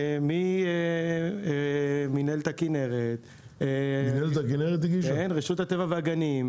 מינהלת הכנרת, רשות הטבע והגנים.